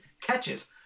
catches